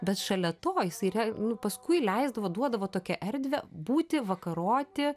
bet šalia to jisai yra nu paskui leisdavo duodavo tokią erdvę būti vakaroti